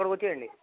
అక్కడకి వచ్చేయండి